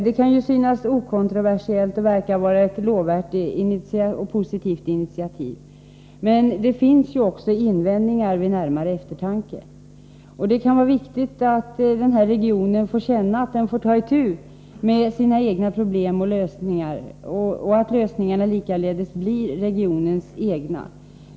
Detta kan ju synas okontroversiellt och förefalla vara ett lovvärt och positivt initiativ. Men det finns också invändningar att göra vid närmare eftertanke. Det kan vara viktigt att den här regionen får känna att den skall ta itu med sina egna problem samt söka komma fram till lösningar, och att lösningarna likaledes blir regionens egna.